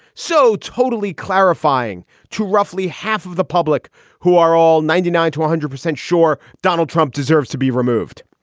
so totally clarifying to roughly half of the public who are all ninety nine to one hundred percent sure donald trump deserves to be removed.